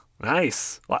Nice